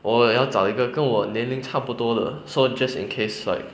我要找一个跟我年龄差不多的 so just in case like